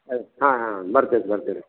ಆಯ್ತು ಹಾಂ ಹಾಂ ಬರ್ತೇವೆ ಬರ್ತೇವೆ ರೀ